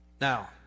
Now